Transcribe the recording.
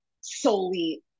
solely